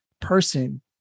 person